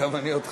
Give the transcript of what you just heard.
גם אני אותך.